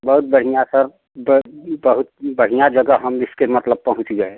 बहुत बढ़िया सर बहुत बढ़िया जगह हम इसके मतलब पहुँच गए